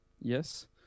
Yes